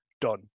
done